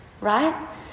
right